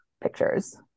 pictures